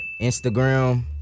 Instagram